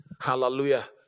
Hallelujah